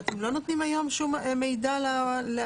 ואתם לא נותנים היום שום מידע לאדם